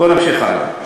בוא נמשיך הלאה.